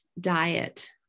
diet